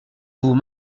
vous